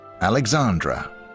Alexandra